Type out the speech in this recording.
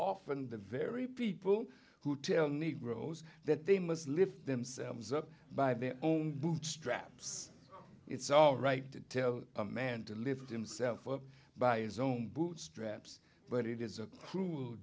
often the very people who tell negroes that they must lift themselves up by their own bootstraps it's all right to tell a man to lift himself up by his own bootstraps but it is a cruel